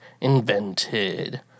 invented